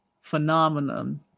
phenomenon